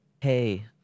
Hey